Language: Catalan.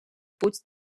puig